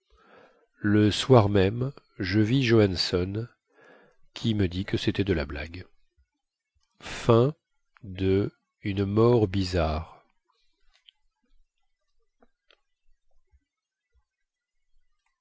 le soir même je vis johanson qui me dit que cétait de la blague